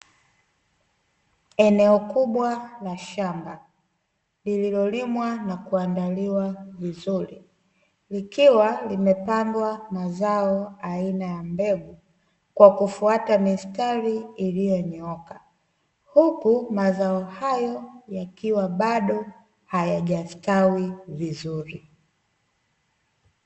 Eneo kubwa la shamba, lililolimwa na kuandaliwa vizuri. Likiwa limepandwa mazao aina ya mbegu, kwa kufuata mistari iliyonyooka. Huku mazao hayo yakiwa bado hayajastawi vizuri.